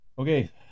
Okay